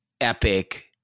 epic